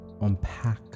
unpack